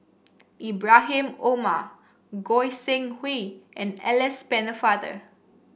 Ibrahim Omar Goi Seng Hui and Alice Pennefather